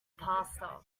pasta